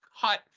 cut